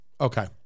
Okay